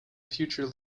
future